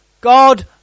God